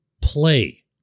play